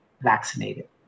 vaccinated